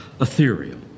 ethereal